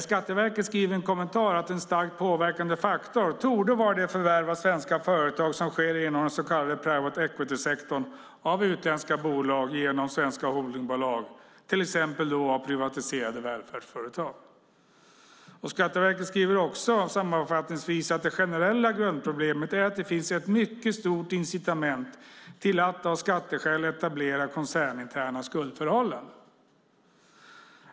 Skatteverket skriver i en kommentar att en starkt påverkande faktor torde vara det förvärv av svenska företag som sker inom den så kallade private equity-sektorn av utländska bolag genom svenska holdingbolag, till exempel av privatiserade välfärdsföretag. Skatteverket skriver sammanfattningsvis att det generella grundproblemet är att det finns ett mycket stort incitament till att av skatteskäl etablera koncerninterna skuldförhållanden.